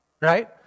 right